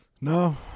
No